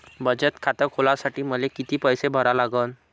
बचत खात खोलासाठी मले किती पैसे भरा लागन?